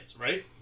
right